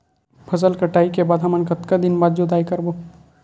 फसल कटाई के बाद हमन कतका दिन जोताई करबो?